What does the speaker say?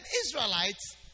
Israelites